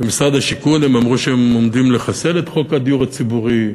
ומשרד השיכון אמרו שהם עומדים לחסל את חוק הדיור הציבורי.